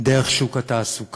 דרך שוק התעסוקה.